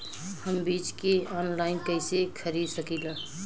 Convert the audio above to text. हम बीज के आनलाइन कइसे खरीद सकीला?